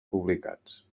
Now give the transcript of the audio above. publicats